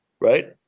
right